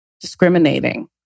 discriminating